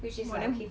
!wah! damn